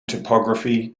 topography